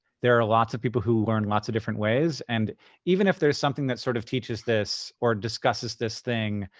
there are lots of people who learn lots of different ways. and even if there's something that sort of teaches this or discusses this thing,